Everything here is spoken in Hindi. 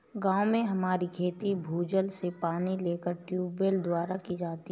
गांव में हमारी खेती भूजल से पानी लेकर ट्यूबवेल द्वारा की जाती है